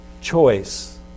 choice